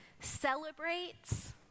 celebrates